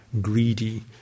Greedy